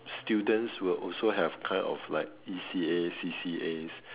students will also have kind of like E_C_A C_C_As